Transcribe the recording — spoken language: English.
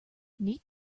neat